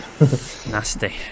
Nasty